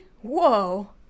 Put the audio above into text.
whoa